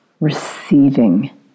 receiving